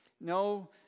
no